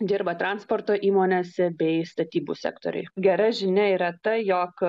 dirba transporto įmonėse bei statybų sektoriuj gera žinia yra ta jog